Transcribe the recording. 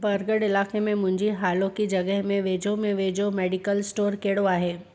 बरगढ़ इलाइक़े में मुंहिंजी हाणोकी जॻह जे वेझे में वेझो मेडिकल स्टोर कहिड़ो आहे